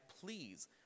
please